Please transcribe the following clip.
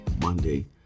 Monday